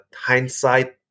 hindsight